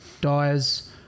dies